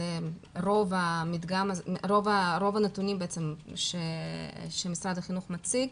אלה רוב הנתונים שמשרד החינוך מציג.